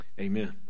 Amen